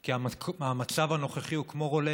כי המצב הנוכחי הוא כמו רולטה.